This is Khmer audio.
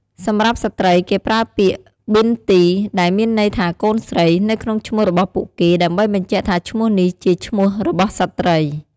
សម្រាប់ស្ត្រី គេប្រើពាក្យ ប៊ីនទី ដែលមានន័យថាកូនស្រី នៅក្នុងឈ្មោះរបស់ពួកគេ ដើម្បីបញ្ជាក់ថាឈ្មោះនេះជាឈ្មោះរបស់ស្ត្រី។